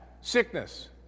Sickness